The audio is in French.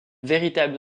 véritable